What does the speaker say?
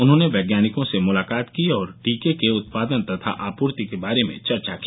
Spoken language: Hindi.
उन्होंने वैज्ञानिकों से मुलाकात की और टीके के उत्पादन तथा आपूर्ति के बारे में चर्चा की